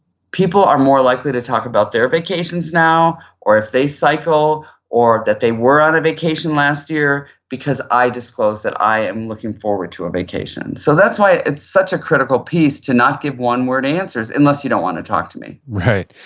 people are more likely to talk about their vacations now or if they cycle or that they were on a vacation last year because i disclosed that i am looking forward to a vacation. so that's why it's such a critical piece to not give one word answers unless you don't want to talk to me right.